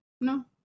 no